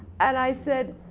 and i said,